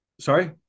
sorry